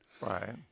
Right